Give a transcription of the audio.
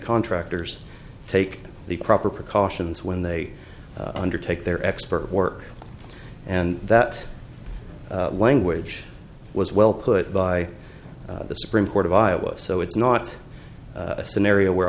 contractors take the proper precautions when they undertake their expert work and that language was well put by the supreme court of iowa so it's not a scenario where